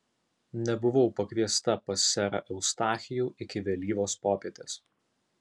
nebuvau pakviesta pas serą eustachijų iki vėlyvos popietės